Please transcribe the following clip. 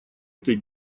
этой